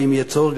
ואם יהיה צורך,